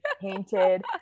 painted